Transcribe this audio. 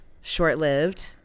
Short-Lived